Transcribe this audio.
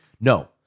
no